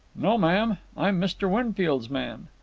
no, ma'am. i'm mr. winfield's man.